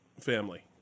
family